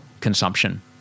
consumption